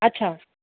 अछा